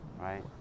right